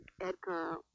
Edgar